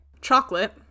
Chocolate